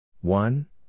One